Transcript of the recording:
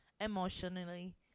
emotionally